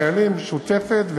הדאגה לחיילים משותפת,